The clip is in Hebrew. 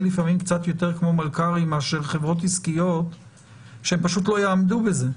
לפעמים קצת יותר כמו מלכ"רים מאשר חברות עסקיות והם פשוט לא יעמדו בזה?